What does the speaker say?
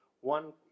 one